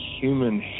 human